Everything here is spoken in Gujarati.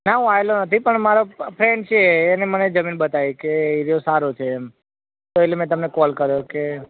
ના હું આવેલો નથી પણ ફ ફ્રેન્ડ છે એણે મને જમીન બતાવી કે એરિયા સારો છે એમ એટલે મેં તમને કૉલ કર્યો કે